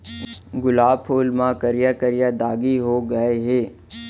गुलाब फूल म करिया करिया दागी हो गय हे